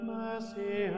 mercy